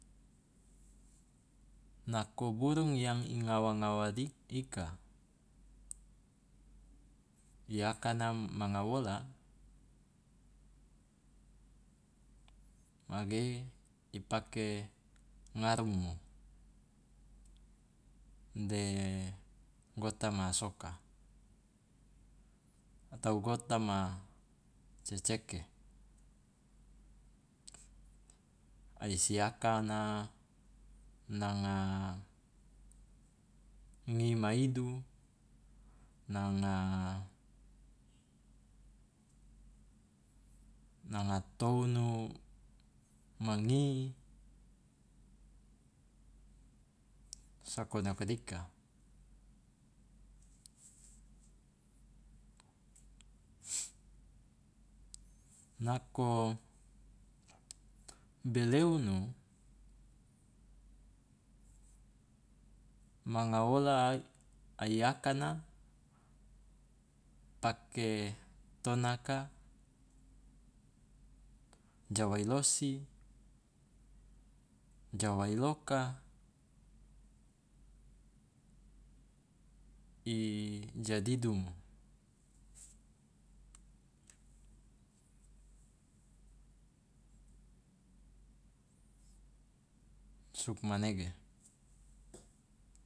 Nako burung yang i ngawa ngawa dik ika, i akana manga wola mage i pake ngarumu de gota ma soka atau gota ceceke, ai si akana nanga ngi maidu, nanga tounu ma ngi, soko noke dika. Nako beleunu manga wola ai akana pake tonaka ja wailosi, ja wailoka ja didumu. Sugmanege.